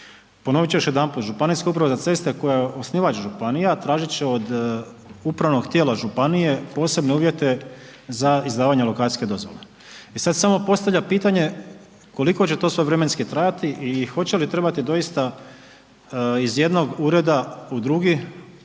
Ponovit ću još jedanput, ŽUC koja je osnivač županija tražit će od upravnog tijela županije posebne uvjete za izdavanje lokacijske dozvole. I sad samo postavlja pitanje, koliko će to sve vremenski trajati i hoće li trebati doista iz jednog ureda u drugi